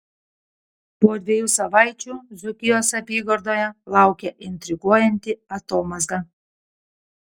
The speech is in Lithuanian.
po dviejų savaičių dzūkijos apygardoje laukia intriguojanti atomazga